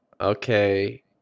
Okay